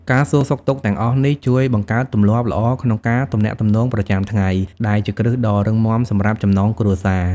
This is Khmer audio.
ការសួរសុខទុក្ខទាំងអស់នេះ ជួយបង្កើតទម្លាប់ល្អក្នុងការទំនាក់ទំនងប្រចាំថ្ងៃ ដែលជាគ្រឹះដ៏រឹងមាំសម្រាប់ចំណងគ្រួសារ។